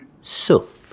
soup